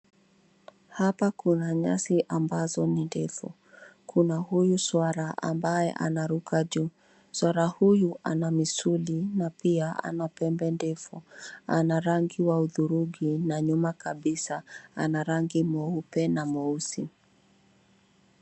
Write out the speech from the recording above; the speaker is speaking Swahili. Hapa kuna nyasi ambazo ni ndefu. Kuna huyu swara ambaye anaruka juu. Swara huyu ana misuli na pia ana pembe ndefu. Ana rangi wa hudhurungi na nyuma kabisa ana rangi mweupe na mweusi.